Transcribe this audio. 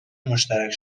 مشترک